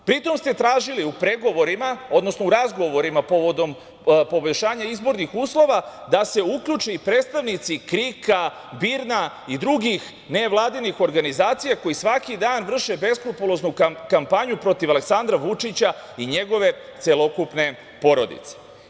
Pri tome ste tražili u pregovorima, odnosno u razgovorima povodom poboljšanja izbor uslova da se uključe i predstavnici KRIK-a, BIRN-a i drugih nevladinih organizacija koji svaki dan vrše beskrupuloznu kampanju protiv Aleksandra Vučića i njegove celokupne porodice.